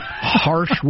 harsh